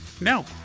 No